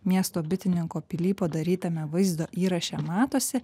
miesto bitininko pilypo darytame vaizdo įraše matosi